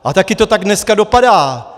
A taky to tak dneska dopadá.